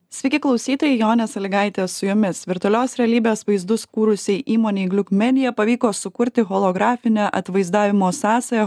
sveiki klausytojai jonė sąlygaitė su jumis virtualios realybės vaizdus kūrusiai įmonei gliuk medija pavyko sukurti holografinę atvaizdavimo sąsają